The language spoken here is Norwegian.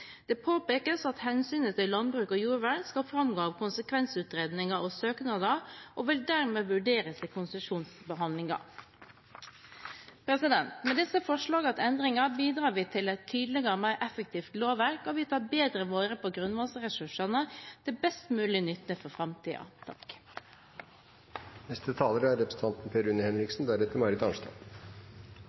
Det påpekes at hensynet til landbruk og jordvern skal framgå av konsekvensutredninger og søknader, og vil dermed vurderes i konsesjonsbehandlingen. Med disse forslagene til endringer bidrar vi til et tydeligere og mer effektivt lovverk, og vi tar bedre vare på grunnvannsressursene til best mulig nytte for